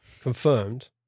confirmed